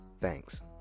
thanks